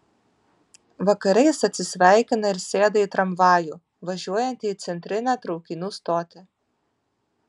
vakare jis atsisveikina ir sėda į tramvajų važiuojantį į centrinę traukinių stotį